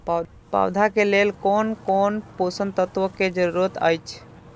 पौधा के लेल कोन कोन पोषक तत्व के जरूरत अइछ?